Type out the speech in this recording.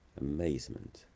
Amazement